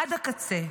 עד הקצה,